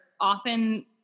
often